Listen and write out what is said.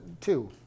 two